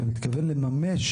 ומתכוון לממש